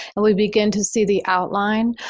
and we begin to see the outline.